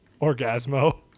Orgasmo